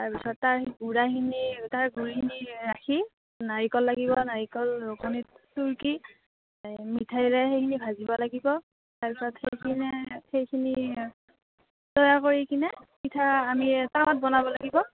তাৰপিছত তাৰ সেই গুড়াখিনি তাৰ গুড়িখিনি ৰাখি নাৰিকল লাগিব নাৰিকল ৰুকনিত চুৰকি মিঠৈৰে এইখিনি ভাজিব লাগিব তাৰপিছত সেইখিনি সেইখিনি তৈয়াৰ কৰি কিনে পিঠা আমি টাৱাত বনাব লাগিব